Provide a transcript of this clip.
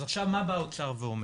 אז מה בא האוצר ואומר?